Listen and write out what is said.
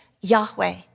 Yahweh